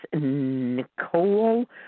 Nicole